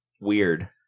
weird